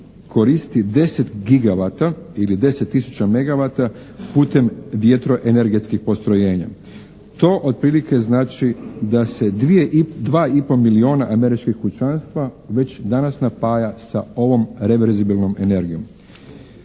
koristi 10 gigavata ili 10 tisuća megavata putem vjetroenergetskih postrojenja. To otprilike znači da se dvije i, dva i po milijuna američkih kućanstva već danas napaja sa ovom reverzibilnom energijom.